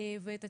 ואת התיקון.